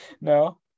No